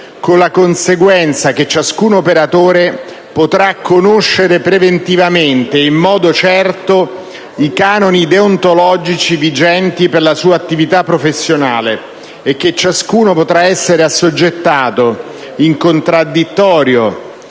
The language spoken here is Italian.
con la conseguenza che ciascun operatore potrà conoscere preventivamente e in modo certo i canoni deontologici vigenti per la sua attività professionale e che ciascuno potrà essere assoggettato, in contraddittorio